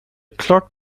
clock